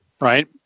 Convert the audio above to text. right